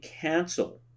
cancel